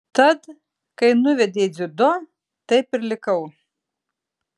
tad kai nuvedė į dziudo taip ir likau